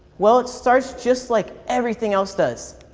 well, it starts just like everything else does.